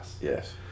Yes